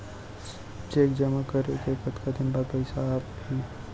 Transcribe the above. Cheque जेमा करें के कतका दिन बाद पइसा आप ही?